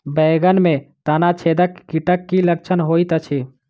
बैंगन मे तना छेदक कीटक की लक्षण होइत अछि?